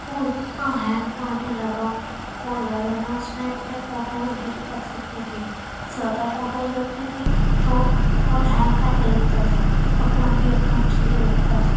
وہ اتنا ہینگ مارنے لگا بہت زیادہ میں اس میں اپنے فوٹوز بھی نہیں رکھ سکتی تھی زیادہ فوٹوز رکھتی تھی تو فون ہینگ کرنے لگتا تھا اور پھر آپ ہی اپنے آپ چلنے لگتا تھا